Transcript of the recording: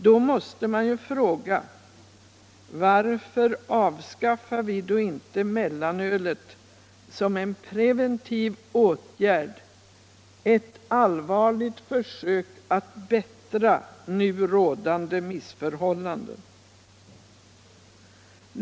Då måste man fråga: Varför avskaffar vi inte mellanölet — som en preventiv åtgärd, ett allvarligt försök att ändra nu rådande missförhållanden?